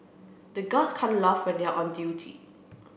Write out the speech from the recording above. the guards can't laugh when they are on duty